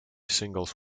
singles